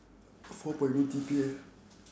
four point O G_P_A